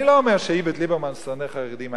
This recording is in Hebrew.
אני לא אומר שאיווט ליברמן שונא חרדים,